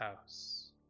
house